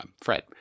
fred